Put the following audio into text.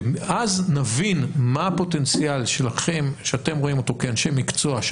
ואז נבין מה הפוטנציאל שלכם שאתם רואים אותו כאנשי מקצוע,